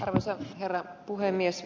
arvoisa herra puhemies